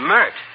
Mert